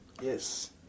Yes